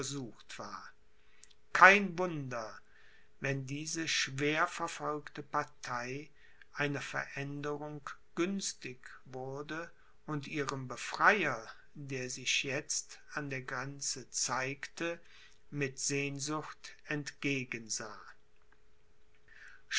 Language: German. war kein wunder wenn diese schwer verfolgte partei einer veränderung günstig wurde und ihrem befreier der sich jetzt an der grenze zeigte mit sehnsucht entgegen